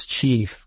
chief